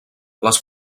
les